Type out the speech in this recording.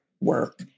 work